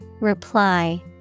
Reply